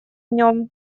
нем